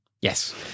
Yes